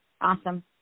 Awesome